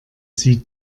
sie